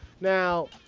Now